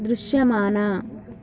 దృశ్యమాన